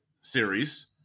series